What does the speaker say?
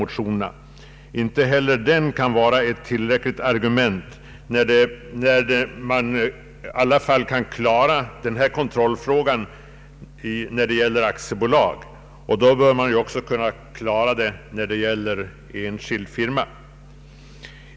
Kontrolifrågan utgör inget problem när det gäller aktiebolag, och då bör den väl inte heller vara något problem när det gäller en enskild firma.